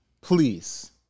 please